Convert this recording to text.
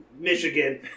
Michigan